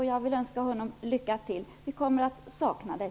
Jag vill önska Bertil Måbrink lycka till. Vi kommer att sakna dig!